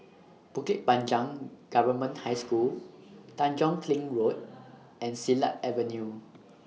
Bukit Panjang Government High School Tanjong Kling Road and Silat Avenue